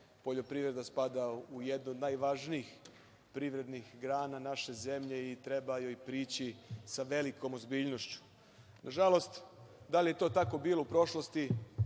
poljoprivreda spada u jedan od najvažnijih privrednih grana naše zemlje i treba joj prići sa velikom ozbiljnošću. Nažalost, da li je to tako bilo u prošlosti,